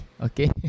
okay